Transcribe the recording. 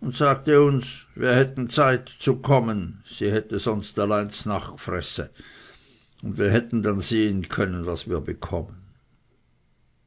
und sagte uns wir hätten zeit zu kommen sie hätte sonst allein z'nacht g'fresse und wir hätten dann sehen können was wir bekommen